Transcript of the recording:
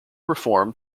reform